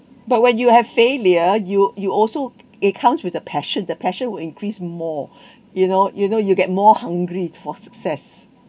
but when you have failure you you also it comes with a passion that passion will increase more you know you know you'll get more hungry for success